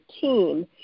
team